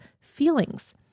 feelings